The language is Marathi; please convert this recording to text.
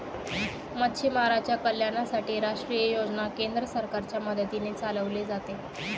मच्छीमारांच्या कल्याणासाठी राष्ट्रीय योजना केंद्र सरकारच्या मदतीने चालवले जाते